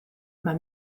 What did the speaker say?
mae